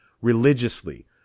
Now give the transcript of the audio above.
religiously